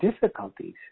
difficulties